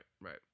right